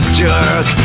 jerk